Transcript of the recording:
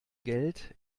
geld